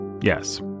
Yes